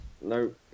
No